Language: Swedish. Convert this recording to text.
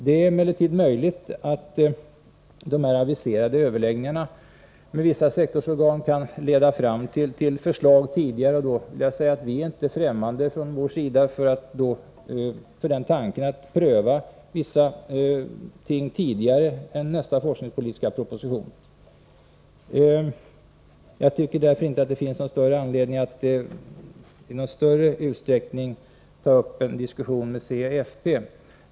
Det är emellertid möjligt att de aviserade överläggningarna med vissa sektorsorgan kan leda fram till förslag tidigare. Då är inte vi från vår sida främmande för tanken att pröva vissa ting tidigare än i nästa forskningspolitiska proposition. Jag tycker därför att det inte finns någon anledning att i större utsträckning ta upp en diskussion med centern och folkpartiet.